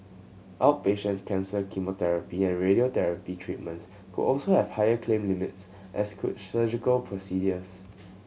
outpatient cancer chemotherapy and radiotherapy treatments could also have higher claim limits as could surgical procedures